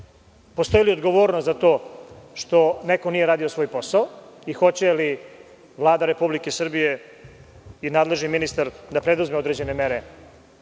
postoji li odgovornost za to što neko nije radio svoj posao i hoće li Vlada Republike Srbije i nadležni ministar da preduzmu određene mere